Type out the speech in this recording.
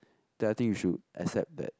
then I think you should accept that